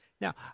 now